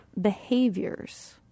behaviors